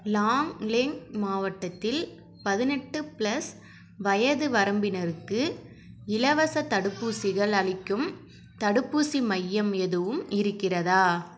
லாங்லேங் மாவட்டத்தில் பதினெட்டு ப்ளஸ் வயது வரம்பினருக்கு இலவசத் தடுப்பூசிகள் அளிக்கும் தடுப்பூசி மையம் எதுவும் இருக்கிறதா